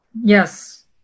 Yes